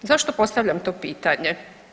Zašto postavljam to pitanje?